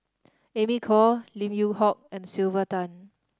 Amy Khor Lim Yew Hock and Sylvia Tan